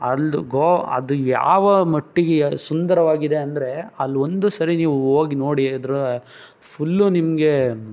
ಅಲ್ದು ಗೋ ಅದು ಯಾವ ಮಟ್ಟಿಗೆ ಸುಂದರವಾಗಿದೆ ಅಂದರೆ ಅಲ್ಲಿ ಒಂದು ಸರಿ ನೀವು ಹೋಗ್ ನೋಡಿ ಅದರ ಫುಲ್ಲು ನಿಮಗೆ